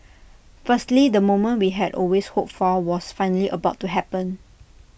firstly the moment we had always hoped for was finally about to happen